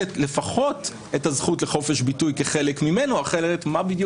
לפחות את הזכות לחופש ביטוי כחלק ממנו כי אחרת מה בדיוק